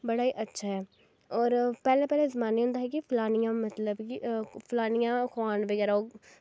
बड़ा ई अच्छा ऐ और पैह्लै पैह्लै जमानै होंदा हा कि फलौनियां मतलव कि फलौनियां खोआन बगैरा